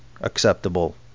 acceptable